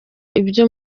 ibyo